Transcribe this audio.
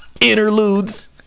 interludes